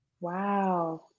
Wow